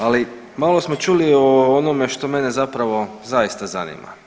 Ali malo smo čuli o onome što mene zapravo zaista zanima.